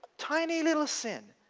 tiny little sin.